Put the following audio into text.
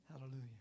Hallelujah